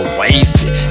wasted